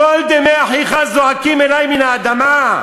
קול דמי אחיך זועקים אלי מן האדמה.